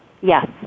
Yes